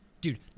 dude